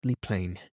plain